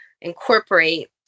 incorporate